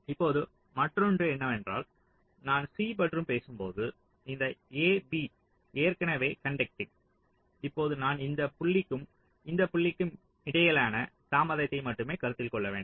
இப்போது மற்றொண்டு என்னவென்றால் நான் C பற்றி பேசும்போது இந்த A B ஏற்கனவே கண்டட்டிங் இப்போது நான் இந்த புள்ளிக்கும் இந்த புள்ளிக்கும் இடையிலான தாமதத்தை மட்டுமே கருத்தில் கொள்ள வேண்டும்